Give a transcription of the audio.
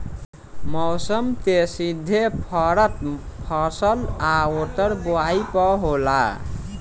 मौसम के सीधे फरक फसल आ ओकर बोवाई पर होला